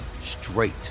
straight